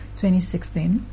2016